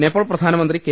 നേപ്പാൾ പ്രധാനമന്ത്രി കെ